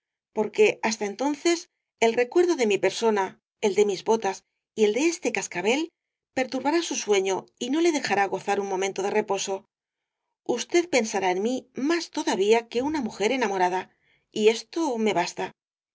porque hasta entonces el recuerdo de mi persona el de mis botas y el de este cascabel perturbará su sueño y no le dejará gozar momento de reposo usted pensará en mí más todavía que una mujer enamorada y esto me basta